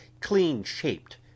clean-shaped